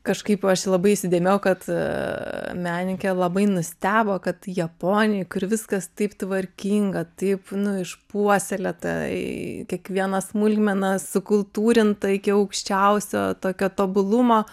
kažkaip aš labai įsidėmėjau kad menininkė labai nustebo kad japonijoj kur viskas taip tvarkinga taip nu išpuoselėta į kiekvieną smulkmeną sukultūrinta iki aukščiausio tokio tobulumo